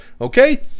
okay